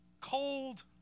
cold